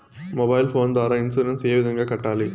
mobile phone ద్వారా insurance ఏ విధంగా కట్టాలి